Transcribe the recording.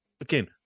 again